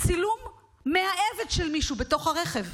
צילום מאהבת של מישהו בתוך הרכב,